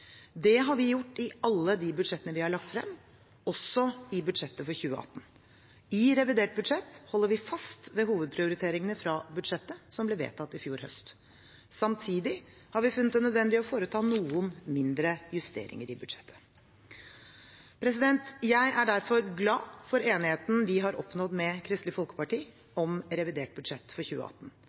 Det har vi gjort i alle de budsjettene vi har lagt frem, også i budsjettet for 2018. I revidert budsjett holder vi fast ved hovedprioriteringene fra budsjettet som ble vedtatt i fjor høst. Samtidig har vi funnet det nødvendig å foreta noen mindre justeringer i budsjettet. Jeg er derfor glad for enigheten vi har oppnådd med Kristelig Folkeparti om revidert nasjonalbudsjett for 2018.